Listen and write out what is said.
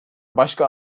başka